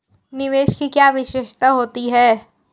निवेश की क्या विशेषता होती है?